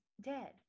dead